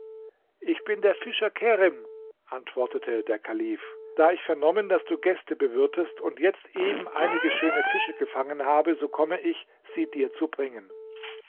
ich bin der fischer kerim antwortete der kalif da ich vernommen daß du gäste bewirtest und jetzt eben einige schöne fische gefangen habe so komme ich sie dir zu bringen